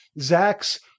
Zach's